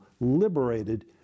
liberated